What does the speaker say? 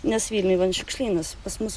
nes vilniuj man šiukšlynas pas mus